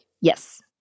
Yes